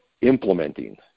implementing